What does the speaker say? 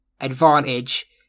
advantage